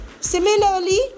Similarly